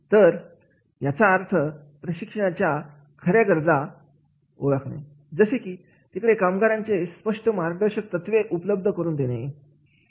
तर याचा अर्थ प्रशिक्षणाच्या खऱ्या गरजा ओळखणे जसे की तिकडे कामगिरीचे स्पष्ट मार्गदर्शक तत्त्वे उपलब्ध करून देणे